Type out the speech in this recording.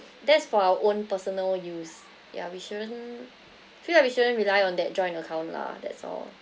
that's for our own personal use ya we shouldn't feel like we shouldn't rely on that joint account lah that's all